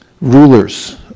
rulers